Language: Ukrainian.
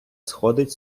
сходить